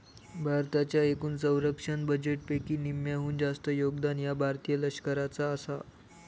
भारताच्या एकूण संरक्षण बजेटपैकी निम्म्याहून जास्त योगदान ह्या भारतीय लष्कराचा आसा